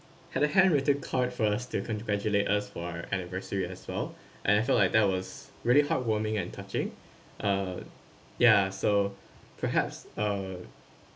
had a hand written card for us to congratulate us for our anniversary as well and I felt like that was really heartwarming and touching uh ya so perhaps uh